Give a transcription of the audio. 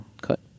Cut